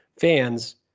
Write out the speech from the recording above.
fans